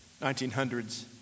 1900s